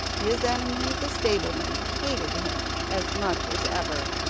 his enemy the stableman hated him as much as ever,